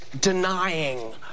denying